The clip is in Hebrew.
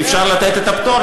שאפשר לתת את הפטור,